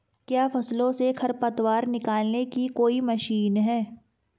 क्या फसलों से खरपतवार निकालने की कोई मशीन है?